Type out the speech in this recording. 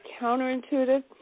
counterintuitive